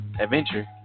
adventure